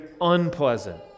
unpleasant